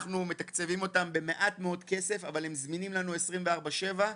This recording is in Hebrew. אנחנו מתקצבים אותם במעט מאוד כסף אבל הם זמינים לנו 24/7 ,